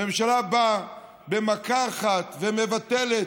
הממשלה באה במכה אחת ומבטלת.